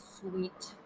sweet